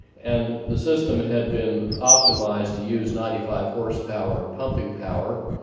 and the system had been optimized to use ninety five horsepower pumping power,